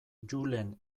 julen